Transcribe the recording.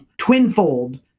Twinfold